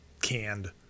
canned